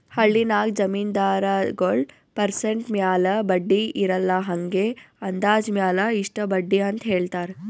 ಹಳ್ಳಿನಾಗ್ ಜಮೀನ್ದಾರಗೊಳ್ ಪರ್ಸೆಂಟ್ ಮ್ಯಾಲ ಬಡ್ಡಿ ಇರಲ್ಲಾ ಹಂಗೆ ಅಂದಾಜ್ ಮ್ಯಾಲ ಇಷ್ಟ ಬಡ್ಡಿ ಅಂತ್ ಹೇಳ್ತಾರ್